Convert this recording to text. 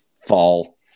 fall